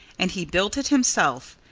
and he built it himself,